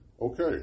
okay